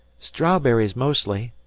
strawberries, mostly.